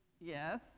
Yes